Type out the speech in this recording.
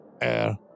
Air